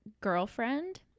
Girlfriend